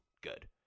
good